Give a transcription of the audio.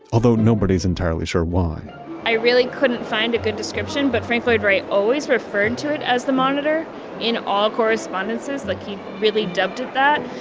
although nobody's entirely sure why i really couldn't find a good description. but frank lloyd wright always referred to it as the monitor in all correspondences, like he really dubbed it that.